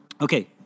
Okay